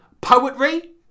poetry